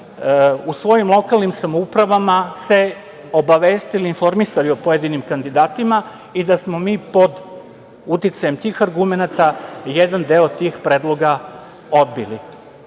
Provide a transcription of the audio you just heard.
u svojim lokalnim samoupravama se obavestili i informisali o pojedinim kandidatima i da smo mi pod uticajem tih argumenata jedan deo tih predloga odbili. Sama